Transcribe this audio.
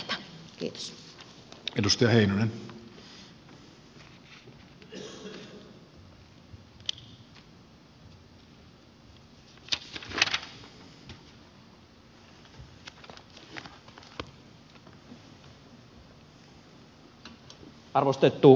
arvostettu puhemies